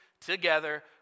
together